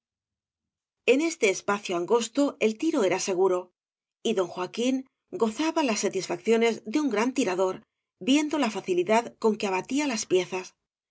en este espacio angosto el tiro era seguro y don joaquín gozaba las satisfacciones de un gran tirador viendo la facilidad con que abatía las piezas